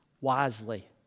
wisely